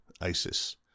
ISIS